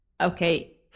Okay